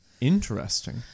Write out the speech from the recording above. Interesting